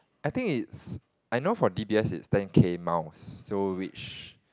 I think it's I know for D_B_S it's ten K miles so which